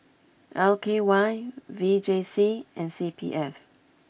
L K Y V J C and C P F